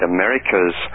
Americas